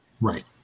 right